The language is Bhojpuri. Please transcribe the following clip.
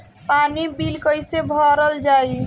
पानी बिल कइसे भरल जाई?